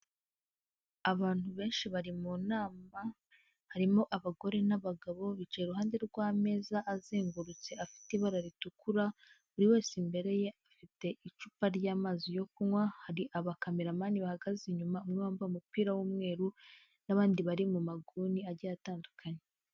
Abantu benshi bari mu nama harimo abagore n'abagabo bicaye iruhande rw'ameza azengurutse afite ibara ritukura buri wese imbere ye afite icupa ry'amazi yo kunywa hari aba kameramani bahagaze inyuma umwe wambaye umupira w'umweru n'abandi bari mu manguni agiye atandukanye.